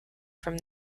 from